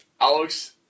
Alex